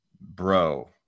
bro